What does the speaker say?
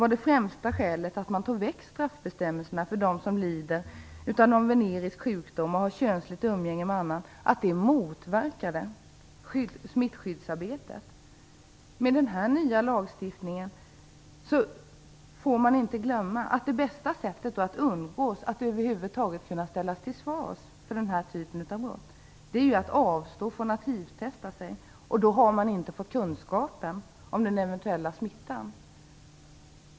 Det främsta skälet till att man tog bort straffbestämmelserna gällande dem som lider av venerisk sjukdom och har sexuellt umgänge med andra var att de motverkade smittskyddsarbetet. I den nya lagstiftningen får man inte glömma bort att det bästa sättet att slippa att över huvud taget ställas till svars för den här typen av brott är att avstå från att hivtesta sig. Då har man inte fått kunskapen om den eventuella smittan.